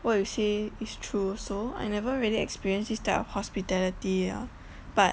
what you say is true also I never really experienced this type of hospitality ya but